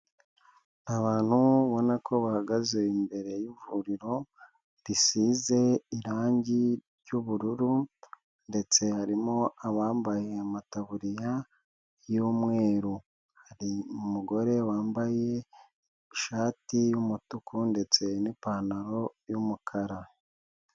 Abantu ubona ko bahagaze imbere y'ivuriro risize irangi ry'ubururu ndetse harimo abambaye amataburiya y'umweru. Hari umugore wambaye ishati y'umutuku ndetse n'ipantaro y'umukara.